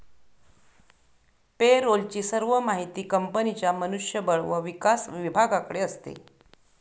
पे role ची सर्व माहिती कंपनीच्या मनुष्य बळ व विकास विभागाकडे असते